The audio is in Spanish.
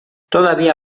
todavía